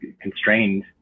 constrained